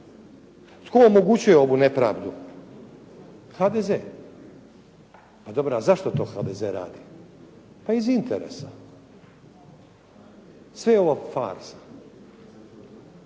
Tko omogućuje ovu nepravdu? HDZ. Pa dobro, a zašto to HDZ radi? Pa iz interesa. Sve je ovo farsa.